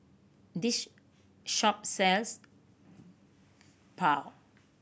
this shop sells Pho